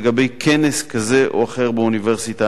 לגבי כנס כזה או אחר באוניברסיטה,